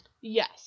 Yes